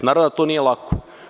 Naravno da to nije lako.